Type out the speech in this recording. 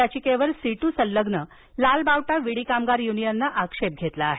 याधिकेवर सिट्र संलग्न लाल बावटा विडी कामगार यूनियनने आक्षेप घेतला आहे